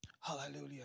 Hallelujah